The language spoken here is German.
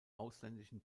ausländischen